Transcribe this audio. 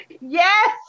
Yes